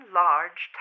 large